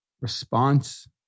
response